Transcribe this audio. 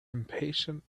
impatient